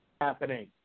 happening